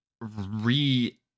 re